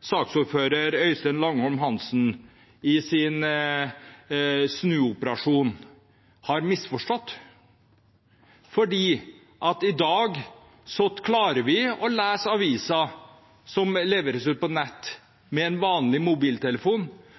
saksordfører Øystein Langholm Hansen i sin snuoperasjon har misforstått, for i dag klarer vi å lese avisen som leveres ut på nett, med en vanlig mobiltelefon.